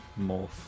morph